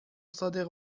صادق